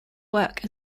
work